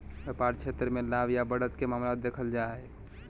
व्यापार क्षेत्र मे लाभ या बढ़त के मामला देखल जा हय